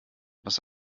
was